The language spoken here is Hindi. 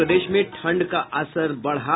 और प्रदेश में ठंड का असर बढ़ा